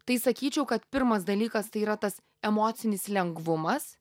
tai sakyčiau kad pirmas dalykas tai yra tas emocinis lengvumas